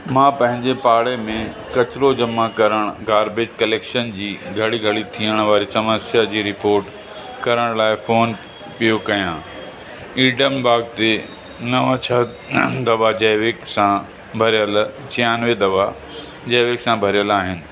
मां पंहिंजे पाड़े में किचरो जमा करणु गार्बेज कलेक्शन जी घड़ी घड़ी थियण वारी समस्या जी रिपोट करण लाइ फोन पियो कयां ईडम बाग ते नव छह दॿा जैविक सां भरियल छहानवे दॿा जैविक सां भरियलु आहिनि